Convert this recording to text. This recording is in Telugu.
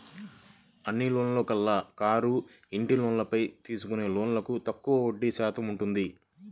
అన్ని లోన్లలోకెల్లా కారు, ఇంటి లోన్లపై తీసుకునే లోన్లకు తక్కువగా వడ్డీ శాతం ఉంటుంది